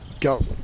Go